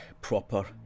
proper